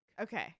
Okay